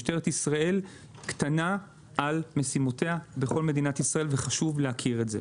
משטרת ישראל קטנה על משימותיה בכל מדינת ישראל וחשוב להכיר את זה.